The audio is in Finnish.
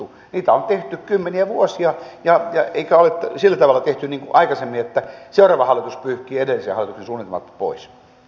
niitä on tehty kymmeniä vuosia eikä ole sillä tavalla tehty niin kuin aikaisemmin että seuraava hallitus pyyhkii edellisen hallituksen suunnitelmat pois